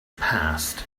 passed